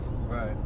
Right